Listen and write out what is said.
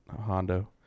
Hondo